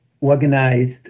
organized